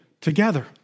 together